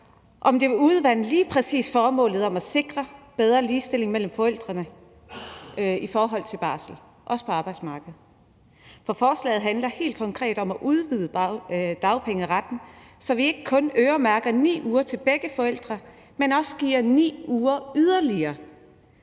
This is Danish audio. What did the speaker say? om det vil udvande lige præcis formålet om at sikre bedre ligestilling mellem forældrene i forhold til barsel, også på arbejdsmarkedet. For forslaget handler helt konkret om at udvide dagpengeretten, så vi ikke kun øremærker 9 uger til begge forældre, men også giver 9 uger yderligere,